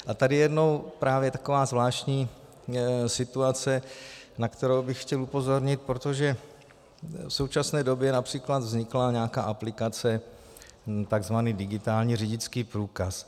A tady je právě taková zvláštní situace, na kterou bych chtěl upozornit, protože v současné době například vznikla nějaká aplikace, takzvaný digitální řidičský průkaz.